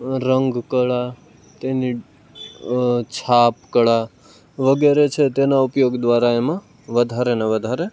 રંગકળા તેની છાપકળા વગેરે છે તેનાં ઉપયોગ દ્વારા એમાં વધારે ને વધારે